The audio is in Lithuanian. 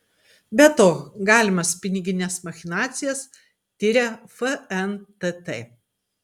be to galimas pinigines machinacijas tiria fntt